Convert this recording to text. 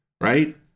Right